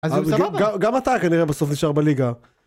גם אתה כנראה בסוף נשאר בליגה